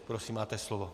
Prosím, máte slovo.